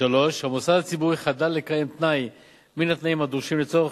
3. המוסד הציבורי חדל לקיים תנאי מן התנאים הדרושים לצורך